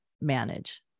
manage